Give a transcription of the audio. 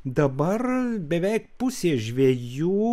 dabar beveik pusė žvejų